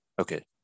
Okay